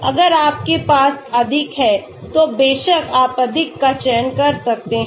अगर आपके पास अधिक है तो बेशक आप अधिक का चयन कर सकते हैं